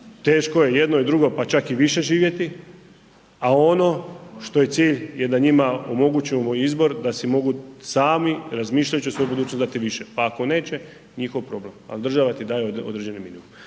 teško je jedno i drugo pa čak i više živjeti. A ono što je cilj je da njima omogućimo izbor da si mogu sami razmišljajući o svojoj budućnosti dati više pa ako neće njihov problem, ali država ti daje određeni minimum.